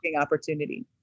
opportunity